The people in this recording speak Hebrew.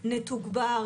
נתוגבר,